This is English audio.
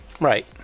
Right